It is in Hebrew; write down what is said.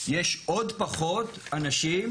יש עוד פחות אנשים